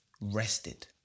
Rested